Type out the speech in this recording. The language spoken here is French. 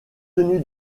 tenu